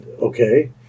okay